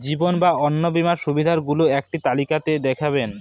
জীবন বা অন্ন বীমার সুবিধে গুলো একটি তালিকা তে দেখাবেন?